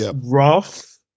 rough